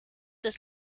ist